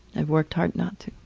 i worked hard not